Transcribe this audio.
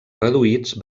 reduïts